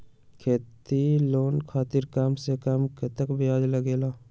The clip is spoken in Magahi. खेती लोन खातीर कम से कम कतेक ब्याज लगेला?